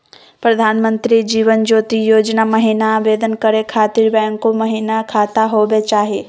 प्रधानमंत्री जीवन ज्योति योजना महिना आवेदन करै खातिर बैंको महिना खाता होवे चाही?